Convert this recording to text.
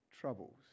troubles